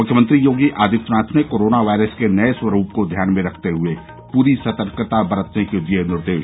मुख्यमंत्री योगी आदित्यनाथ ने corona virus के नये स्वरूप को ध्यान में रखते हुए पूरी सतर्कता बरतने के दिये निर्देश